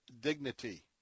dignity